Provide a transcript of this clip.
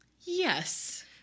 Yes